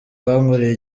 bankoreye